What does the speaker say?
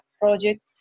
project